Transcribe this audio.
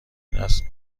است